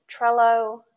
Trello